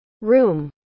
room